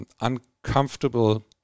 uncomfortable